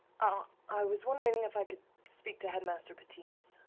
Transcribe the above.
ah i was wondering if i could speak to headmaster patisse.